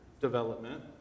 development